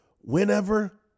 Whenever